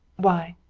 why?